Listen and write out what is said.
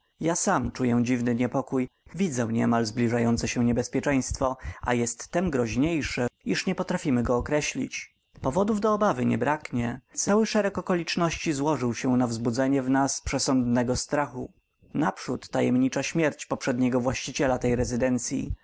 ja sam czuję dziwny niepokój widzę niemal zbliżające się niebezpieczeństwo a jest tem groźniejsze iż nie potrafimy go określić powodów do obawy nie braknie cały szereg okoliczności złożył się na wzbudzenie w nas przesądnego strachu naprzód tajemnicza śmierć poprzedniego właściciela tej rezydencyi